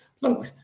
Look